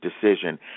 decision